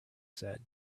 said